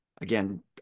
again